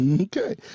Okay